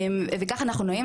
וכך אנחנו נעים.